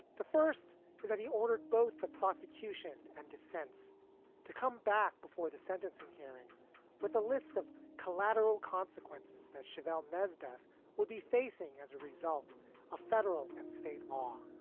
the first is that he ordered both for prosecution and defense to come back before the sentencing hearing with a list of collateral consequences that cheval nazareth would be facing as a result of ah federal and state law.